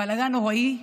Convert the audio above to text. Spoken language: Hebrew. בלגן נוראי,